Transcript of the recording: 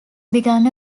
begun